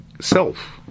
self